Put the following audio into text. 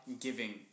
giving